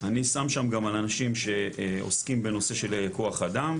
אני שם שם גם אנשים שעוסקים בנושא של כוח אדם